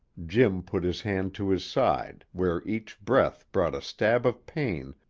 jim put his hand to his side, where each breath brought a stab of pain,